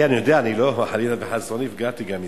כן, אני יודע, חלילה וחס גם לא נפגעתי מזה.